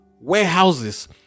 warehouses